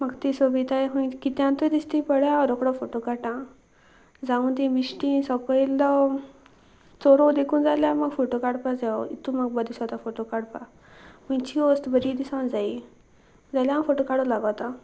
म्हाका ती सोबिताय खंय कित्यांतूय दिसती पळय हांव रोकडो फोटो काडटां जावन तीं बिश्टी सकयललो चोरो देखून जाल्यार म्हाका फोटो काडपा जाय इतू म्हाका बरो दिसता फोटो काडपा खंयची वस्त बरी दिसूंक जायी जाल्यार हांव फोटो काडूं लागतां